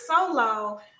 solo